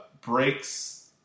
breaks